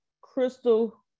crystal